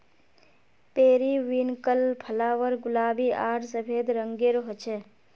periwinkle flower गुलाबी आर सफ़ेद रंगेर होचे